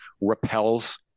Repels